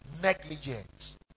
negligence